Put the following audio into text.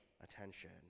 attention